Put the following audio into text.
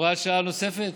הוראת שעה נוספת?